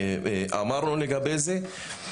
אמרנו לגבי זה,